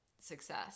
success